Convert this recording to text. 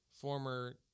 former